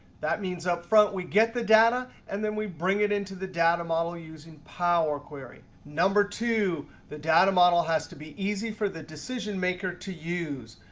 that means up front, we get the data, and then we bring it into the data model using power query. number two, the data model has to be easy for the decision maker to use.